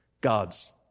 God's